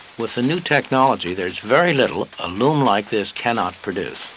with the new technology, there is very little a loom like this cannot produce.